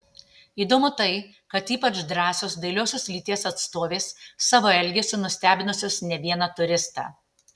įdomu tai kad ypač drąsios dailiosios lyties atstovės savo elgesiu nustebinusios ne vieną turistą